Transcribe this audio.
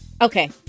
Okay